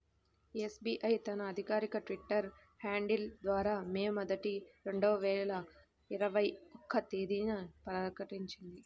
SBI తన అధికారిక Twitter handle ద్వారా మే మొదటి, రెండు వేల ఇరవై ఒక్క తేదీన ప్రకటించింది